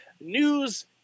news